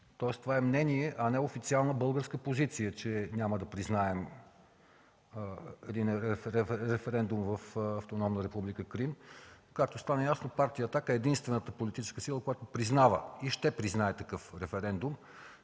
тоест това е мнение, а не официална българска позиция, че няма да признаем референдум в Автономна република Крим. Както стана ясно, Партия „Атака“ е единствената политическа сила, която признава и ще признае такъв референдум.